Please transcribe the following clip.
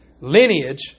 lineage